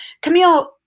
Camille